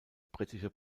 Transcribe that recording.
britische